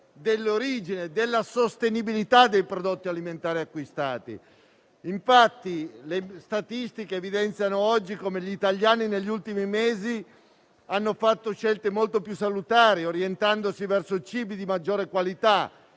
dell'origine e della sostenibilità dei prodotti alimentari acquistati. Oggi, infatti, le statistiche evidenziano come negli ultimi mesi gli italiani abbiano fatto scelte molto più salutari, orientandosi verso cibi di maggiore qualità